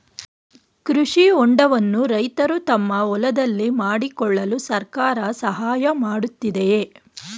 ಕೃಷಿ ಹೊಂಡವನ್ನು ರೈತರು ತಮ್ಮ ಹೊಲದಲ್ಲಿ ಮಾಡಿಕೊಳ್ಳಲು ಸರ್ಕಾರ ಸಹಾಯ ಮಾಡುತ್ತಿದೆಯೇ?